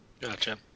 Gotcha